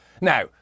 Now